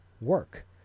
work